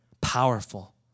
powerful